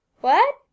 What